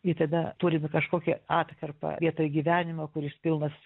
i tada turime kažkokią atkarpą vietoj gyvenimo kuris pilnas